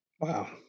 Wow